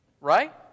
Right